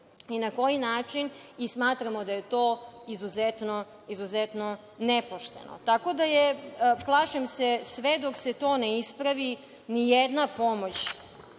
i na koji način. Smatramo da je to izuzetno nepošteno. Plašim se da sve dok se to ne ispravi ni jedna pomoć,